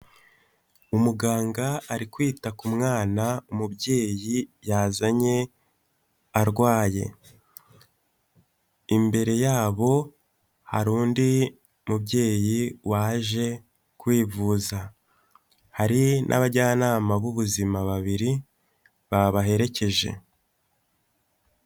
Umuganga ari kwita ku mwana, umubyeyi yazanye arwaye. Imbere yabo har’undi mubyeyi waje kwivuza, hari n'abajyanama b'ubuzima babiri babaherekeje.